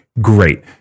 great